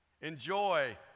Enjoy